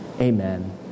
amen